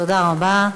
תודה רבה.